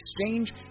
exchange